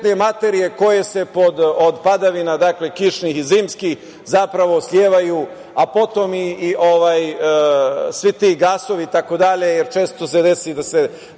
materije koje se od padavina kišnih i zimskih, zapravo slivaju, a potom i svi ti gasovi itd, jer često se desi da se